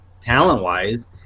talent-wise